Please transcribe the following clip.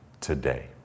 today